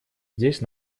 здесь